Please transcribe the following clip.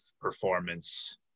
performance